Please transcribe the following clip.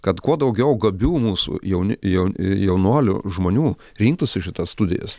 kad kuo daugiau gabių mūsų jauni jau jaunuolių žmonių rinktųsi šitas studijas